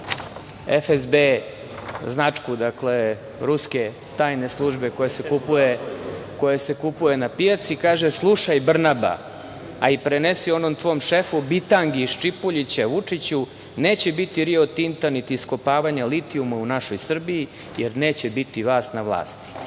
FSB značku ruske tajne službe, koja se kupuje na pijaci, kaže – slušaj Brnaba, a i prenesi onom tvom šefu, bitangi iz Čipuljića, Vučiću, neće biti „Rio Tinta“, niti iskopavanja litijuma u našoj Srbiji, jer neće biti vas na vlasti,